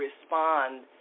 respond